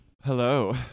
Hello